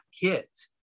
kids